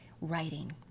writing